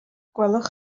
gwelwch